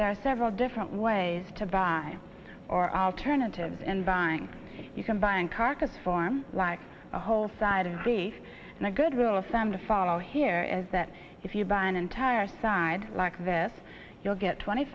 there are several different ways to buy or alternatives in buying you can buy and carcass form like a whole side of beef and a good rule of thumb to follow here is that if you buy an entire side like this you'll get twenty